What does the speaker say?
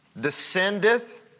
descendeth